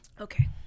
Okay